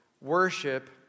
worship